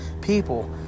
people